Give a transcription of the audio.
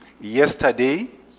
yesterday